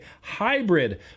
Hybrid